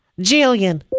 Jillian